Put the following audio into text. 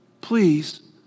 please